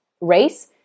race